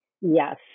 Yes